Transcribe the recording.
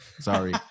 Sorry